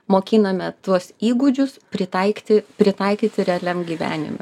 mokiname tuos įgūdžius pritaikyti pritaikyti realiam gyvenime